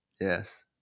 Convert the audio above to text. Yes